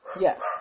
Yes